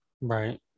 Right